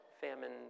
famine